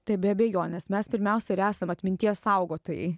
taip be abejonės mes pirmiausia ir esam atminties saugotojai